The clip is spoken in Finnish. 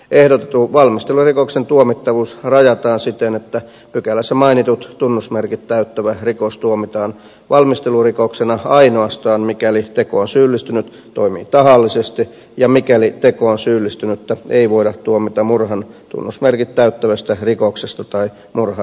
ehdotetun valmistelurikoksen tuomittavuus rajataan siten että pykälässä mainitut tunnusmerkit täyttävä rikos tuomitaan valmistelurikoksena ainoastaan mikäli tekoon syyllistynyt toimii tahallisesti ja mikäli tekoon syyllistynyttä ei voida tuomita murhan tunnusmerkit täyttävästä rikoksesta tai murhan yrityksestä